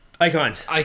Icons